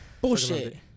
Bullshit